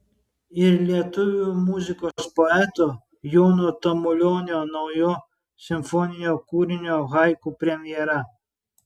ir lietuvių muzikos poeto jono tamulionio naujo simfoninio kūrinio haiku premjera